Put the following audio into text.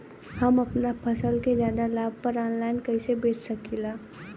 हम अपना फसल के ज्यादा लाभ पर ऑनलाइन कइसे बेच सकीला?